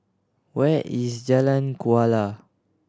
where is Jalan Kuala